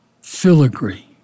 filigree